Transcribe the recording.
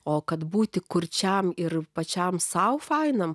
o kad būti kurčiam ir pačiam sau fainam